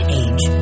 age